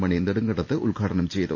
മണി നെടുങ്കണ്ടത്ത് ഉദ്ഘാടനം ചെയ്തു